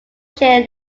sheer